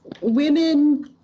women